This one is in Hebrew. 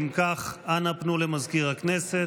אם כך, אנא פנו למזכיר הכנסת.